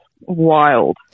wild